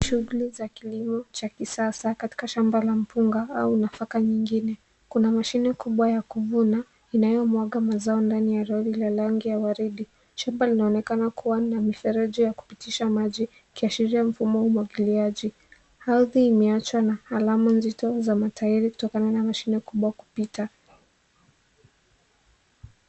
Shughuli za kilimo cha kisasa, katika shamba la mpunga au unafaka nyingine. Kuna mashine kubwa ya kuvuna, inayomwaga mazao ndani ya lori la rangi ya waridi. Shamba linaonekana kuwa na vifereji ya kupitisha maji, ikiashiria mfumo wa umwagiliaji. Ardhi imeachwa na alama nzito za matairi kutokana na mashine kubwa kupita.